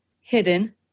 hidden